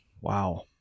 Wow